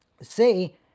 see